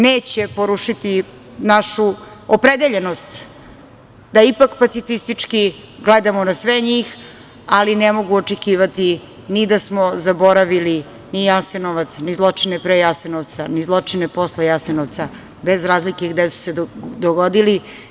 Neće porušiti našu opredeljenost da ipak pacifistički gledamo na sve njih, ali ne mogu očekivati ni da smo zaboravili Jasenovac, ni zločine pre Jasenovca, ni zločince posle Jasenovca, bez razlike gde su se dogodili.